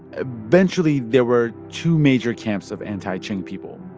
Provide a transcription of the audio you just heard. eventually, there were two major camps of anti-qing people.